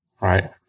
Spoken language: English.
right